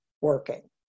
working